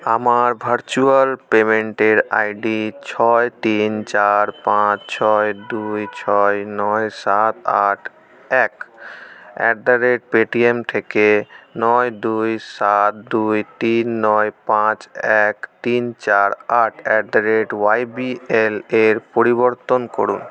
আমার ভার্চুয়াল পেমেন্টের আইডি ছয় তিন চার পাঁচ ছয় দুই ছয় নয় সাত আট এক অ্যাট দ্য রেট পেটিএম থেকে নয় দুই সাত দুই তিন নয় পাঁচ এক তিন চার আট at the rate Y B L এর পরিবর্তন করুন